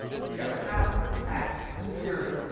but the other half is attached to serine.